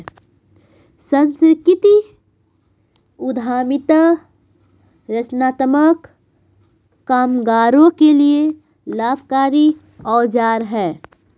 संस्कृति उद्यमिता रचनात्मक कामगारों के लिए लाभकारी औजार है